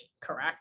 correct